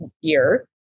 year